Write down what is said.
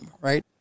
right